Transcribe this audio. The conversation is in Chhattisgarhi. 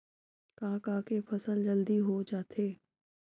का का के फसल जल्दी हो जाथे?